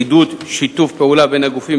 עידוד שיתוף פעולה בין הגופים,